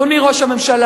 אדוני ראש הממשלה,